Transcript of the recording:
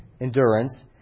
endurance